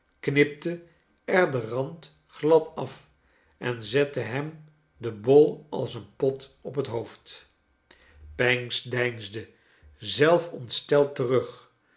knipte er den rand glad af en zette hem den bol als een pot op het hoofd pancks deinsde zelf ontsteld terug